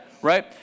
Right